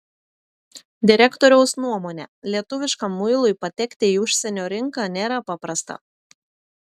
direktoriaus nuomone lietuviškam muilui patekti į užsienio rinką nėra paprasta